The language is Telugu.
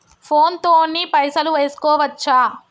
ఫోన్ తోని పైసలు వేసుకోవచ్చా?